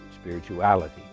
spirituality